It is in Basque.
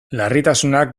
larritasunak